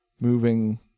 moving